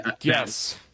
Yes